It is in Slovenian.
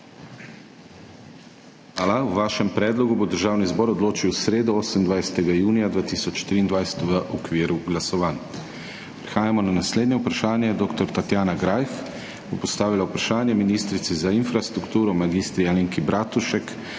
Hvala. O vašem predlogu bo Državni zbor odločil v sredo, 28. junija 2023, v okviru glasovanj. Prehajamo na naslednje vprašanje, dr. Tatjana Greif bo postavila vprašanje ministrici za infrastrukturo mag. Alenki Bratušek